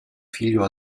figlio